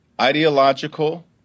ideological